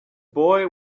boy